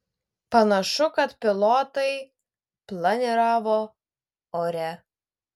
panašu kad pilotai planiravo ore